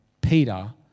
Peter